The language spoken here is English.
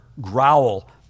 growl